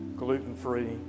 gluten-free